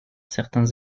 certains